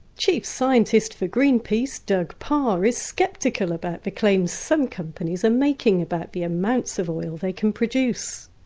chief scientist for greenpeace doug parr is sceptical about the claims some companies are making about the amounts of oil they can produce.